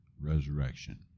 resurrection